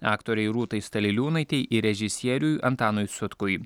aktorei rūtai staliliūnaitei ir režisieriui antanui sutkui